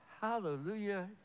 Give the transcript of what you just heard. Hallelujah